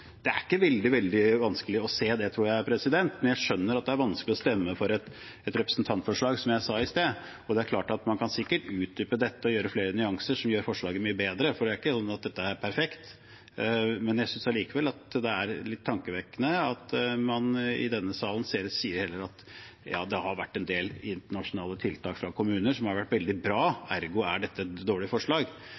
Det er ikke veldig vanskelig å se det, tror jeg, men jeg skjønner at det er vanskelig å stemme for et representantforslag, som jeg sa i sted. Man kan sikkert utdype dette, gjøre flere nyanser som gjør forslaget mye bedre, for det er ikke slik at dette forslaget er perfekt. Men jeg synes allikevel det er litt tankevekkende at man i denne salen selv sier: Det har vært en del internasjonale tiltak fra kommuner som har vært veldig bra, ergo er dette et dårlig forslag.